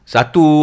Satu